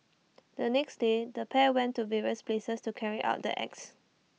the next day the pair went to various places to carry out the acts